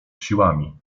siłami